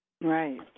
Right